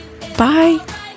Bye